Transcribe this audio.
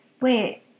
Wait